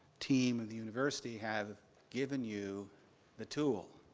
team of the university have given you the tool